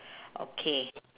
okay